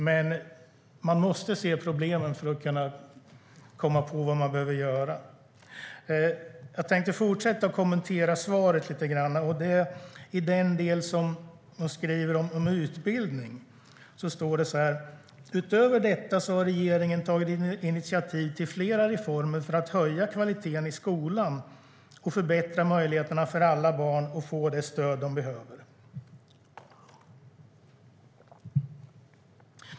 Men man måste se problemen för att kunna komma på vad man behöver göra. Jag vill kommentera svaret lite mer. I delen om utbildning sade statsrådet: "Utöver detta har regeringen tagit initiativ till flera reformer för att höja kvaliteten i skolan och förbättra möjligheterna för alla barn att få det stöd de behöver."